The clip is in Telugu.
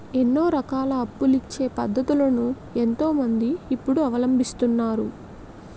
ఎన్నో రకాల అప్పులిచ్చే పద్ధతులను ఎంతో మంది ఇప్పుడు అవలంబిస్తున్నారు